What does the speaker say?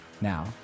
Now